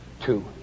two